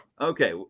Okay